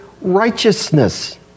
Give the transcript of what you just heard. righteousness